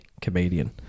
comedian